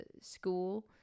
school